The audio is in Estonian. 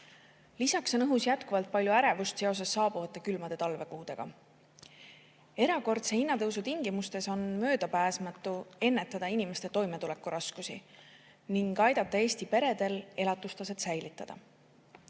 Lisaks on õhus jätkuvalt palju ärevust seoses saabuvate külmade talvekuudega. Erakordse hinnatõusu tingimustes on möödapääsmatu ennetada inimeste toimetulekuraskusi ning aidata Eesti peredel elatustaset säilitada.